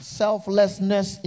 selflessness